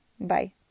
Bye